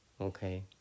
Okay